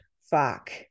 fuck